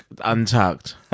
untucked